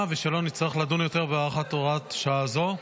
ושלא נצטרך לדון יותר בהארכת הוראת השעה הזו.